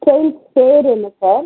train பேர் என்ன sir